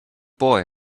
boy